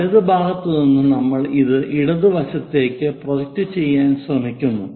വലതുഭാഗത്ത് നിന്ന് നമ്മൾ അത് ഇടതുവശത്തേക്ക് പ്രൊജക്റ്റ് ചെയ്യാൻ ശ്രമിക്കുന്നു